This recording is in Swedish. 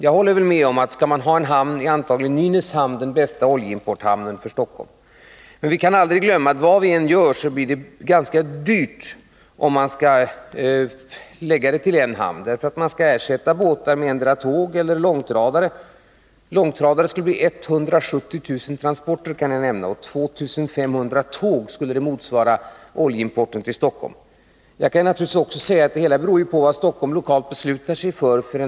Jag delar uppfattningen att om man skall ha en hamn, så är antagligen Nynäshamn den bästa oljeimporthamnen för Stockholm, men vi får inte glömma att vilket alternativ vi än väljer, så blir det ganska dyrt om man skall transportera till endast en hamn. Man måste ju ersätta båttransporten med transport på antingen tåg eller långtradare. Jag kan nämna att det skulle bli 170000 transporter med långtradare. Och oljeimporten till Stockholm skulle motsvara 2 500 tåg. Naturligtvis kan man säga att det också beror på vilket energialternativ som Stockholm lokalt beslutar sig för.